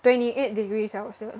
twenty eight degree celsius